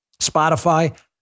Spotify